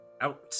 out